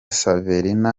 saverina